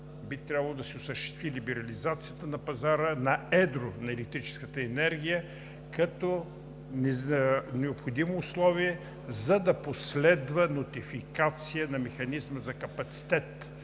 би трябвало да се осъществи либерализацията на пазара на едро на електрическата енергия като необходимо условие, за да последва нотификация на Механизма за капацитет.